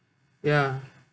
ya